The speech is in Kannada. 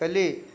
ಕಲಿ